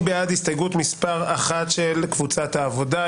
בעד הסתייגות מס' 1 של קבוצת העבודה,